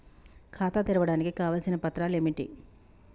ఖాతా తెరవడానికి కావలసిన పత్రాలు ఏమిటి?